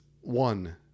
one